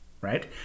right